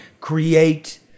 create